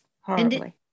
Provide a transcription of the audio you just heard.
horribly